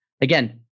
again